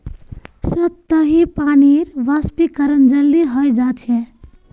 सतही पानीर वाष्पीकरण जल्दी हय जा छे